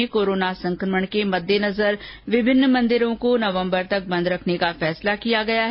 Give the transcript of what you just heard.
दूसरी ओर प्रदेश मे कोरोना संक्रमण के मद्देनजर विभिन्न मंदिरों को नवम्बर तक बंद रखने का फैसला किया गया है